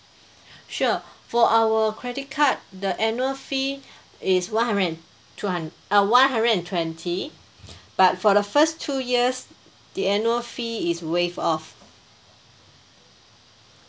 sure for our credit card the annual fee is one hundred and two hun~ uh one hundred and twenty but for the first two years the annual fee is waived off